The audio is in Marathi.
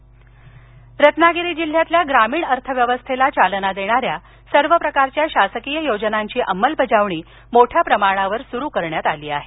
रत्नागिरी रत्नागिरी जिल्ह्यातल्या ग्रामीण अर्थव्यवस्थेला चालना देणाऱ्या सर्व प्रकारच्या शासकीय योजनांची अंमलबजावणी मोठ्या प्रमाणावर सुरू करण्यात आली आहे